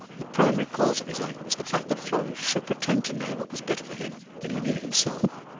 the primary cause of his anger was the fact that florence should pretend to know what was better for him than he knew himself.